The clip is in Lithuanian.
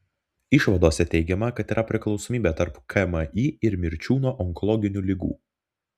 išvadose teigiama kad yra priklausomybė tarp kmi ir mirčių nuo onkologinių ligų